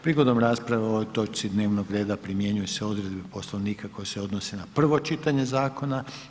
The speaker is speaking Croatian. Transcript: Prigodom rasprave o ovoj točci dnevnog reda primjenjuju se odredbe Poslovnika koje se odnose na prvo čitanje zakona.